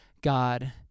god